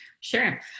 Sure